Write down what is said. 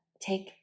take